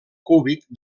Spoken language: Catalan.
cúbic